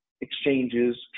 exchanges